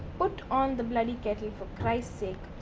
put on the bloody kettle for christ sake.